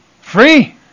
Free